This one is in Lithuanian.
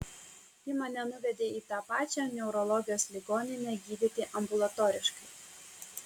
ji mane nuvedė į tą pačią neurologijos ligoninę gydyti ambulatoriškai